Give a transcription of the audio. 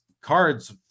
cards